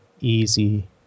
easy